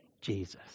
Jesus